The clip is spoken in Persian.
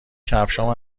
کفشهام